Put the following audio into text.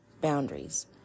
boundaries